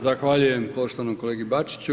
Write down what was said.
Zahvaljujem poštovanom kolegi Bačiću.